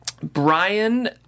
Brian